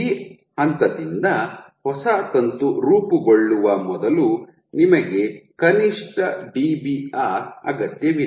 ಈ ಹಂತದಿಂದ ಹೊಸ ತಂತು ರೂಪುಗೊಳ್ಳುವ ಮೊದಲು ನಿಮಗೆ ಕನಿಷ್ಟ Dbr ಅಗತ್ಯವಿದೆ